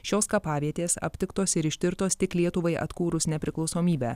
šios kapavietės aptiktos ir ištirtos tik lietuvai atkūrus nepriklausomybę